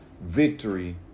Victory